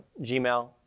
Gmail